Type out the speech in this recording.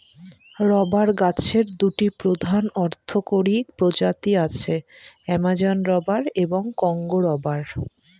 rubber গাছের দুটি প্রধান অর্থকরী প্রজাতি আছে, অ্যামাজন রবার এবং কংগো রবার